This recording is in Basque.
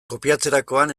kopiatzerakoan